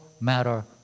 matter